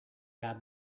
had